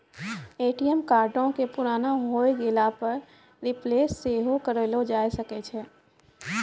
ATM कार्डो के पुराना होय गेला पे रिप्लेस सेहो करैलो जाय सकै छै